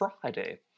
Friday